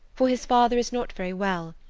for his father is not very well,